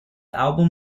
album